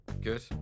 Good